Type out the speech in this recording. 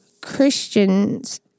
Christians